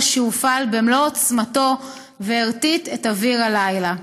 שהופעל במלוא עוצמתו והרטיט את אוויר הלילה".